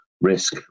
risk